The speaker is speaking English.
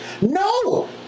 No